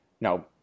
no